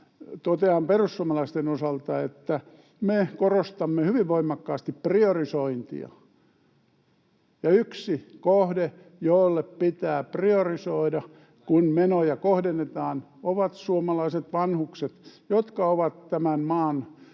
Totean perussuomalaisten osalta, että me korostamme hyvin voimakkaasti priorisointia, ja yksi kohde, jolle pitää priorisoida, kun menoja kohdennetaan, ovat suomalaiset vanhukset, jotka ovat tämän maan